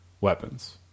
weapons